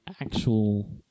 actual